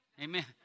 Amen